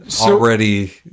already